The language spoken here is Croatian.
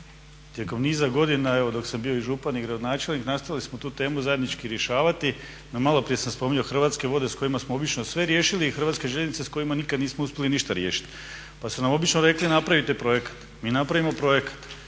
Tijekom niza godina, evo dok sam bio i župan i gradonačelnik nastojali smo tu temu zajednički rješavati. No, malo prije sam spominjao Hrvatske vode s kojima smo obično sve riješili i Hrvatske željeznice s kojima nika nismo uspjeli ništa riješiti, pa su nam obično rekli napravite projekat. Mi napravimo projekat,